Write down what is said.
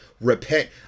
repent